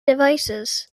devices